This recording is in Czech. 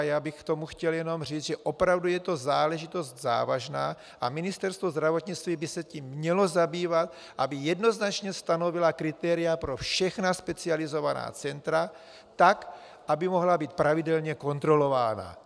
Já bych k tomu jenom chtěl říct, že opravdu je to záležitost závažná a Ministerstvo zdravotnictví by se tím mělo zabývat, aby jednoznačně stanovilo kritéria pro všechna specializovaná centra tak, aby mohla být pravidelně kontrolována.